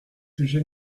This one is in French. sujet